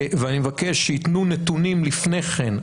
ואני מבקש שיתנו נתונים לפני כן,